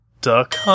Duck